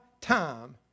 time